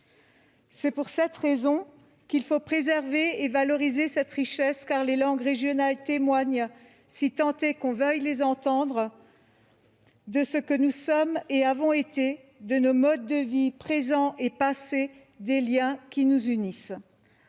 raison pour laquelle il faut préserver et valoriser cette richesse ; les langues régionales témoignent, si tant est qu'on veuille les entendre, de ce que nous sommes et de ce que nous avons été, de nos modes de vie présents et passés, des liens qui nous unissent.